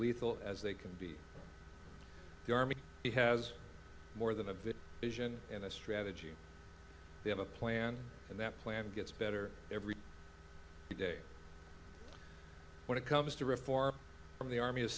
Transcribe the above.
lethal as they can be the army has more than a bit vision and a strategy they have a plan and that plan gets better every day when it comes to reform from the army